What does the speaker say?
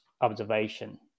observation